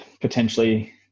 potentially